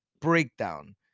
breakdown